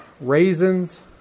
raisins